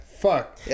Fuck